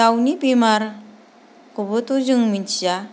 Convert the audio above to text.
दाउनि बेमारखौबोथ' जों मिन्थिया